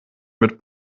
mit